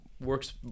works